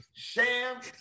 Sham